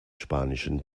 spanischen